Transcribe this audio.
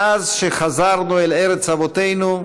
מאז חזרנו אל ארץ אבותינו,